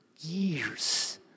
years